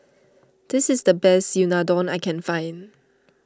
this is the best Unadon I can find